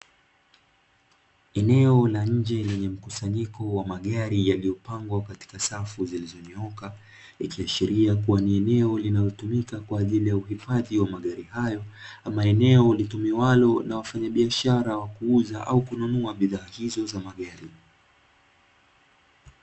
Eneo la nje lenye mkusanyiko wa magari yaliyopangwa katika safu zilizonyooka, ikiashiria kuwa ni eneo linalotumika kwa ajili ya uhifadhi magari hayo, ama eneo litumiwalo na wafanyabiashara kuuza au kununua bidhaa hizo za magari.